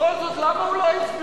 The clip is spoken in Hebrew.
בכל זאת, למה הוא לא הצביע?